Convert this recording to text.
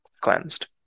cleansed